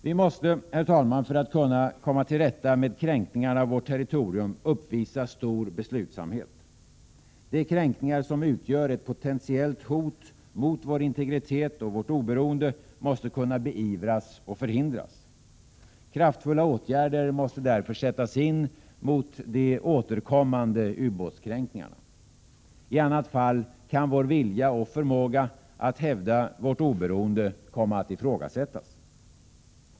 Vi måste, herr talman, för att kunna komma till rätta med kränkningarna av vårt territorium uppvisa stor beslutsamhet. De kränkningar som utgör ett potentiellt hot mot vår integritet och vårt oberoende måste kunna beivrasoch Prot. 1987/88:85 förhindras. Kraftfulla åtgärder måste därför sättas in mot de återkommande 16 mars 1988 ubåtskränkningarna. I annat fall kan vår vilja och förmåga att hävda vårt oberoende komma att ifrågasättas.